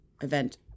Event